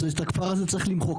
שאת הכפר הזה צריך למחוק,